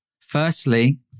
Firstly